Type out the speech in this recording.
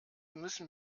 müssen